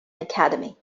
academy